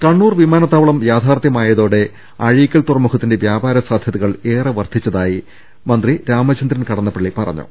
കണ്ണൂർ വിമാനത്താവളം യാഥാർഥ്യമായതോടെ അഴീക്കൽ തുറമുഖത്തിന്റെ വ്യാപാര സാധ്യതകൾ ഏറെ വർധിച്ചതായി മന്ത്രി രാമചന്ദ്രൻ കടന്നപ്പള്ളി പറഞ്ഞു